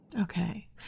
Okay